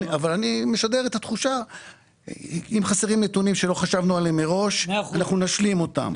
אם חסרים נתונים שלא חשבנו עליהם מראש - נשלים אותם.